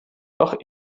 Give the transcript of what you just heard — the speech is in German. doch